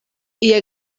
iya